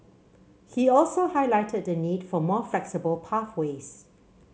he also highlighted the need for more flexible pathways